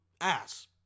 Ass